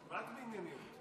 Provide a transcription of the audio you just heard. רק ענייניות.